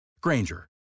Granger